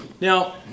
Now